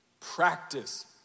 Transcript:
Practice